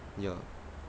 ya